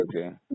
okay